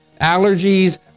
Allergies